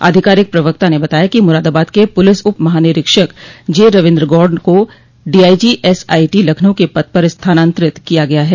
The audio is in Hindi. आधिकारिक प्रवक्ता ने बताया कि मुरादाबाद के पुलिस उप महानिरीक्षक जे रवीन्द्र गौड़ को डीआईजी एसआईटी लखनऊ क पद पर स्थानान्तरित किया गया है